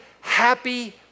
happy